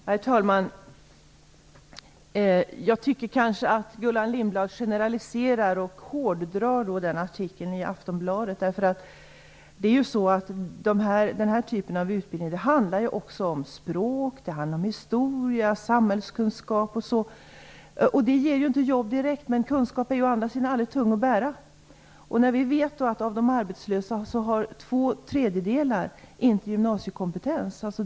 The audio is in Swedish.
Herr talman! Jag tycker kanske att Gullan Lindblad generaliserar och hårdrar artikeln i Aftonbladet. Den här typen av utbildning handlar också om språk, historia och samhällskunskap. Det ger ju inte jobb direkt, men kunskap är å andra sidan aldrig tung att bära. Vi vet att 2/3 av de arbetslösa inte har gymnasiekompetens.